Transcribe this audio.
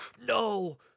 No